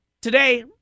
today